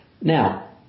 now